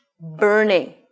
burning